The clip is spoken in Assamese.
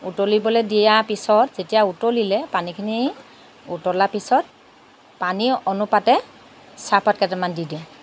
উতলিবলৈ দিয়াৰ পিছত যেতিয়া উতলিলে পানীখিনি উতলাৰ পিছত পানী অনুপাতে চাহপাত কেইটামান দি দিওঁ